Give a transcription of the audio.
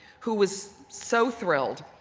who was so thrilled.